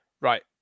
Right